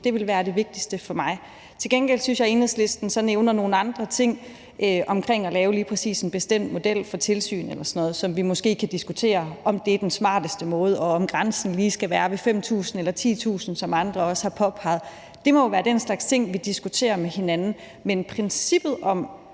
Det ville være det vigtigste for mig. Til gengæld synes jeg, at Enhedslisten så nævner nogle andre ting omkring at lave lige præcis en bestemt model for tilsyn eller sådan noget, hvor vi måske kan diskutere, om det er den smarteste måde, og om grænsen lige skal være ved 5.000 kr. eller 10.000 kr., som andre også har påpeget. Det må jo være den slags ting, vi diskuterer med hinanden. Men princippet om,